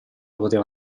poteva